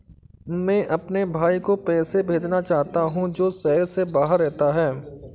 मैं अपने भाई को पैसे भेजना चाहता हूँ जो शहर से बाहर रहता है